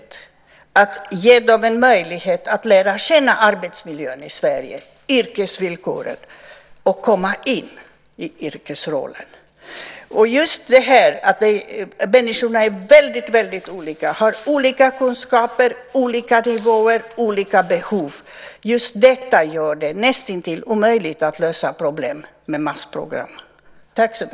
Det gäller att ge dem en möjlighet att lära känna arbetsmiljön och yrkesvillkoren i Sverige och komma in i yrkesrollen. Just detta - att människorna är väldigt olika, har olika kunskaper, olika nivåer och olika behov - gör det näst intill omöjligt att lösa problem med massprogram.